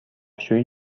شویی